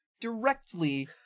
directly